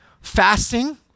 fasting